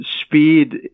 speed